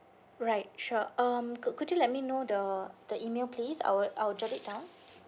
right sure um could could you let me know the the email please I would I would jot it down